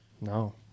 No